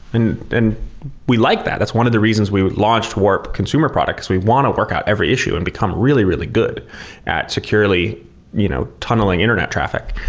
and and we like that. that's one of the reasons we launched warp consumer products, because we want to work out every issue and become really, really good at securely you know tunneling internet traffic.